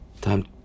time